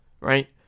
right